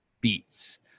beats